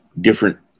different